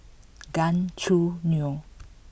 Gan Choo Neo